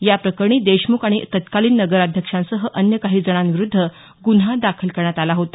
याप्रकरणी देशमुख आणि तत्कालीन नगराध्यक्षांसह अन्य काही जणांविरूद्ध गुन्हा दाखल करण्यात आला होता